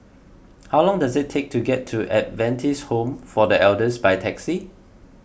how long does it take to get to Adventist Home for the Elders by taxi